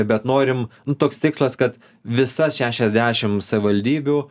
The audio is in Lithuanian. bet norim toks tikslas kad visas šešiasdešimt savivaldybių